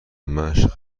مشق